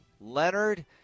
Leonard